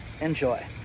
enjoy